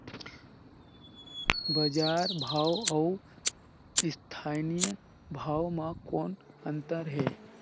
बजार भाव अउ स्थानीय भाव म कौन अन्तर हे?